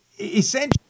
essentially